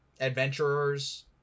adventurers